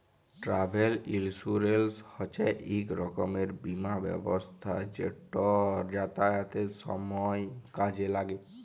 travel insurance হছে ইক রকমের বীমা ব্যবস্থা যেট যাতায়াতের সময় কাজে ল্যাগে